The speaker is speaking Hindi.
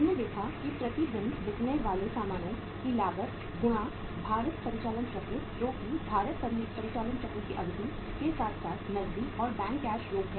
हमने देखा कि प्रति दिन बिकने वाले सामानों की लागत गुणा भारित परिचालन चक्र जो कि भारित परिचालन चक्र की अवधि के साथ साथ नकदी और बैंक शेष योग है